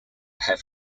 have